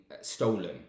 stolen